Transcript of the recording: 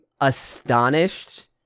astonished